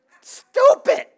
Stupid